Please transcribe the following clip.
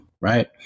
right